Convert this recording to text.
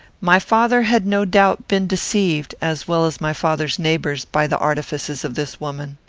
my father had no doubt been deceived, as well as my father's neighbours, by the artifices of this woman.